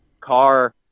car